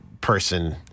person